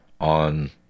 on